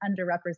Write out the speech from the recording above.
underrepresented